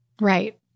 Right